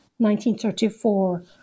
1934